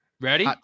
Ready